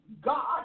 God